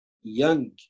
young